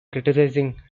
criticizing